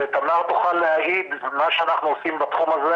ותמר תוכל להעיד מה שאנחנו עושים בתחום הזה,